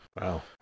Wow